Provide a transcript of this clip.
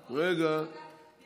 רגע, עוד רגע את